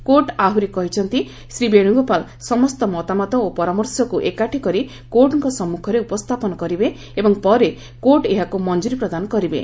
court ଆହୁରି କହିଛନ୍ତି ଶ୍ରୀ ବେଶୁଗୋପାଳ ସମସ୍ତ ମତାମତ ଓ ପରାମର୍ଶକୁ ଏକାଠି କରି କୋର୍ଟଙ୍କ ସମ୍ମୁଖରେ ଉପସ୍ଥାପନ କରିବେ ଏବଂ ପରେ କୋର୍ଟ ଏହାକୁ ମଞ୍ଜୁରି ପ୍ରଦାନ କରିବେ